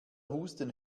husten